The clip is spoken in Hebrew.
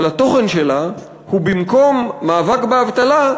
אבל התוכן שלה הוא במקום מאבק באבטלה,